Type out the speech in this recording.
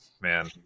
man